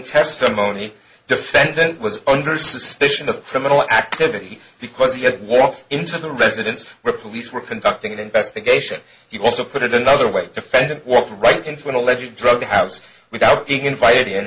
testimony defendant was under suspicion of criminal activity because he had walked into the residence where police were conducting an investigation he also put it another way defendant walked right into an alleged drug house without being invited in